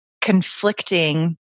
conflicting